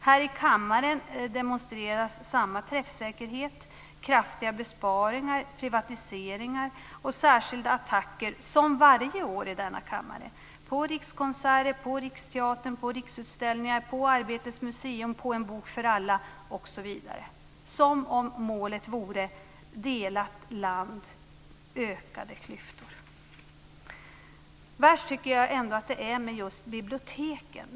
Här i kammaren demonstreras samma träffsäkerhet med kraftiga besparingar, privatiseringar och särskilda attacker - som varje år i denna kammare - på Rikskonserter, på Riksteatern, på Riksutställningar, på Arbetets museum, på En bok för alla, osv., som om målet vore delat land och ökade klyftor. Värst tycker jag ändå att det är med just biblioteken.